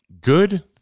Good